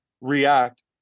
react